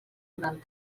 durant